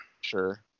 Sure